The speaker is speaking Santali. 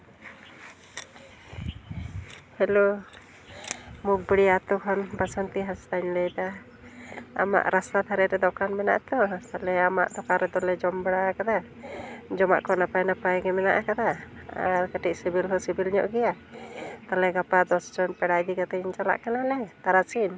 ᱦᱮᱞᱳ ᱢᱩᱜᱽᱵᱮᱲᱭᱟ ᱟᱛᱳ ᱠᱷᱚᱱ ᱵᱟᱥᱚᱱᱛᱤ ᱦᱟᱸᱥᱫᱟ ᱤᱧ ᱞᱟᱹᱭᱮᱫᱟ ᱟᱢᱟᱜ ᱨᱟᱥᱛᱟ ᱫᱷᱟᱨᱮ ᱨᱮ ᱫᱚᱠᱟᱱ ᱢᱮᱱᱟᱜᱼᱟ ᱛᱚ ᱛᱟᱞᱚᱦᱮ ᱟᱢᱟᱜ ᱫᱚᱠᱟᱱ ᱨᱮᱫᱚ ᱞᱮ ᱡᱚᱢ ᱵᱟᱲᱟ ᱟᱠᱟᱫᱟ ᱡᱚᱢᱟᱜ ᱠᱚ ᱱᱟᱯᱟᱭ ᱟᱯᱟᱭ ᱜᱮ ᱢᱮᱱᱟᱜ ᱟᱠᱟᱫᱟ ᱟᱨ ᱠᱟᱹᱴᱤᱡ ᱥᱤᱵᱤᱞ ᱦᱚᱸ ᱥᱤᱵᱤᱞ ᱧᱚᱜ ᱜᱮᱭᱟ ᱛᱟᱞᱚᱦᱮ ᱜᱟᱯᱟ ᱫᱚᱥ ᱡᱚᱱ ᱯᱮᱲᱟ ᱤᱫᱤ ᱠᱟᱛᱮ ᱤᱧ ᱪᱟᱞᱟᱜ ᱠᱟᱱᱟᱞᱮ ᱛᱟᱨᱟᱥᱤᱧ